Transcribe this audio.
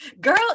girl